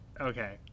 okay